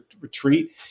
retreat